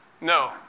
no